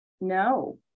no